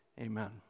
Amen